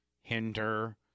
hinder